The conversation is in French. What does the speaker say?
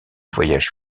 voyage